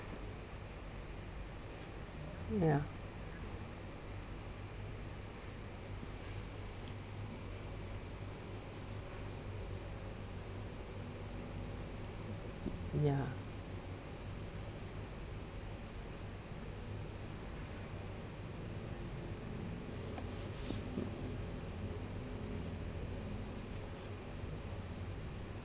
ya ya